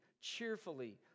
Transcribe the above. cheerfully